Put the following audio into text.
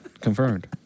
Confirmed